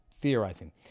theorizing